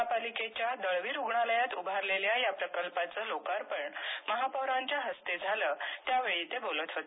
महापालिकेच्या दळवी रुग्णालयात उभारलेल्या या प्रकल्पाचं लोकार्पण महापौरांच्या हस्ते झालं त्यावेळी ते बोलत होते